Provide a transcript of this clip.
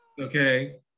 Okay